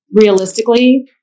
Realistically